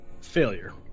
failure